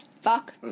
fuck